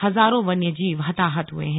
हजारों वन्य जीव हताहत हुए हैं